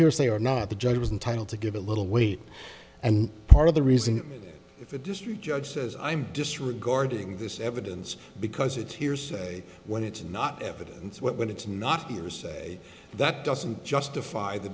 hearsay or not the judge was entitle to give a little weight and part of the reason if a district judge says i'm disregarding this evidence because it's hearsay when it's not evidence when it's not hearsay that doesn't justify the